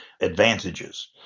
advantages